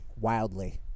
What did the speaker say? Wildly